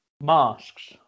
masks